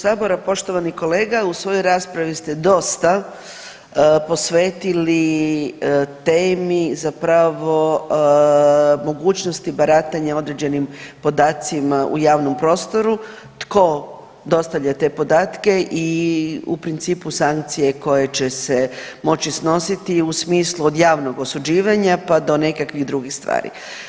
Poštovani kolega, u svojoj raspravi ste dosta posvetili temi zapravo mogućnosti baratanja određenim podacima u javnom prostoru, tko dostavlja te podatke i u principu sankcije koje će se moći snositi u smislu od javnog osuđivanja, pa do nekakvih drugih stvari.